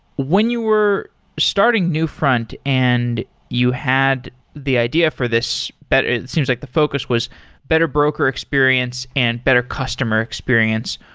when you were starting newfront and you had the idea for this, it seems like the focus was better broker experience and better customer experience.